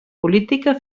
política